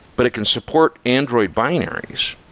but it can support android binaries,